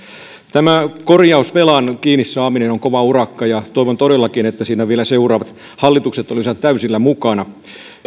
tämä korjausvelan kiinni saaminen on kova urakka ja toivon todellakin että siinä vielä seuraavat hallitukset olisivat täysillä mukana